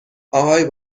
اهای